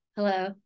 Hello